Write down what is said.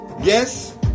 Yes